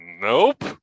Nope